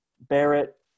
Barrett